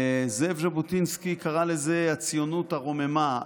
זאב ז'בוטינסקי קרה לזה "הציונות הרוממה",